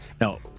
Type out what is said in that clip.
Now